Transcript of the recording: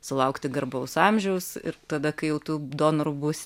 sulaukti garbaus amžiaus ir tada kai jau tu donoru būsi